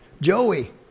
Joey